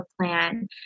plan